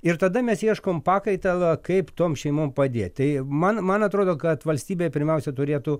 ir tada mes ieškom pakaitalo kaip tom šeimom padėt tai man man atrodo kad valstybė pirmiausia turėtų